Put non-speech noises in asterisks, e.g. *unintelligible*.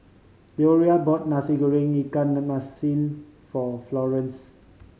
Leroy bought Nasi Goreng ikan *unintelligible* masin for Florence